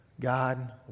God